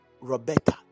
Roberta